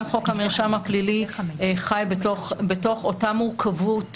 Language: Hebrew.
גם חוק המרשם הפלילי חי בתוך אותה מורכבות